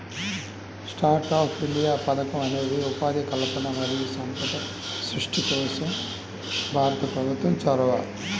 startup India పథకం అనేది ఉపాధి కల్పన మరియు సంపద సృష్టి కోసం భారత ప్రభుత్వం చొరవ